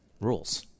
rules